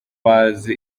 bazi